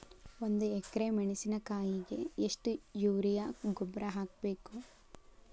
ಒಂದು ಎಕ್ರೆ ಮೆಣಸಿನಕಾಯಿಗೆ ಎಷ್ಟು ಯೂರಿಯಾ ಗೊಬ್ಬರ ಹಾಕ್ಬೇಕು?